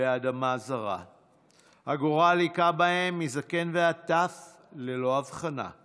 באדמה זרה // הגורל היכה בהם מזקן ועד טף ללא הבחנה /